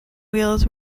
wheels